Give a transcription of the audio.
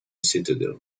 citadel